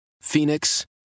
Phoenix